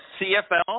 CFL